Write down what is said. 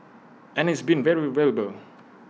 and it's been very valuable